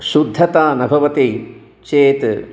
शुद्धता न भवति चेत्